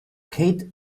kate